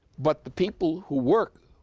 but the people who work,